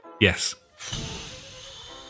yes